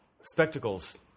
spectacles